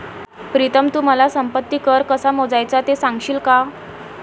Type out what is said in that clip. प्रीतम तू मला संपत्ती कर कसा मोजायचा ते सांगशील का?